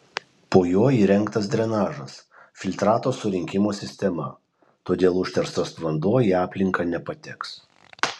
po juo įrengtas drenažas filtrato surinkimo sistema todėl užterštas vanduo į aplinką nepateks